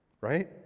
Right